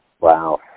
Wow